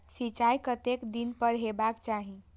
सिंचाई कतेक दिन पर हेबाक चाही?